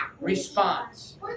response